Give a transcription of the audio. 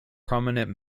prominent